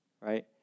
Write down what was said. right